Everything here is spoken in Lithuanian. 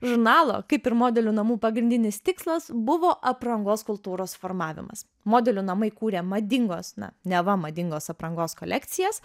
žurnalo kaip ir modelių namų pagrindinis tikslas buvo aprangos kultūros formavimas modelių namai kūrė madingos na neva madingos aprangos kolekcijas